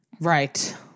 right